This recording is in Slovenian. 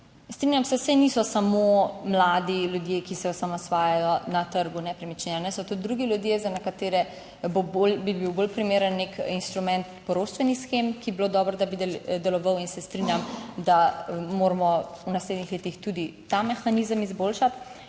Strinjam se, saj niso samo mladi ljudje, ki se osamosvajajo na trgu nepremičnin, so tudi drugi ljudje. Za nekatere bolj, bi bil bolj primeren nek instrument poroštvenih shem, ki bi bilo dobro, da bi deloval in se strinjam, da moramo v naslednjih letih tudi ta mehanizem izboljšati.